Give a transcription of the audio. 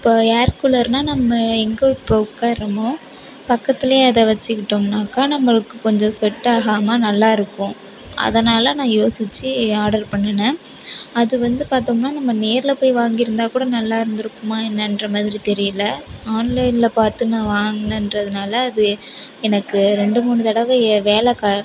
இப்போ ஏர்கூலர்னால் நம்ம எங்கே இப்போ உட்கார்றமோ பக்கத்தில் அதை வெச்சிக்கிட்டோம்னாக்க நம்மளுக்கு கொஞ்சம் ஸ்வெட்டாகாமல் நல்லாயிருக்கும் அதனால் நான் யோசித்து ஆர்டர் பண்ணுணேன் அது வந்து பார்த்தோம்னா நம்ம நேரில் போயி வாங்கியிருந்தாக்கூட நல்லாயிருந்துருக்குமா என்னன்ற மாதிரி தெரியல ஆன்லைனில் பார்த்து நான் வாங்கினேன்றதுனால அது எனக்கு ரெண்டு மூணு தடவை ஏ வேலை கா